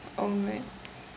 oh man